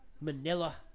Manila